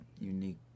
unique